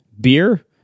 beer